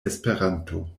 esperanto